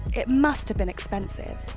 it must have been expensive.